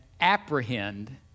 apprehend